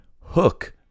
Hook